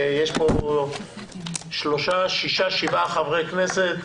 נמצאים כאן 7 חברי כנסת.